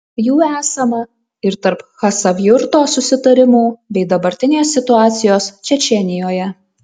jų esama ir tarp chasavjurto susitarimų bei dabartinės situacijos čečėnijoje